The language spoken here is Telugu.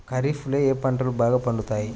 ఖరీఫ్లో ఏ పంటలు బాగా పండుతాయి?